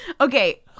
Okay